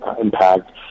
impact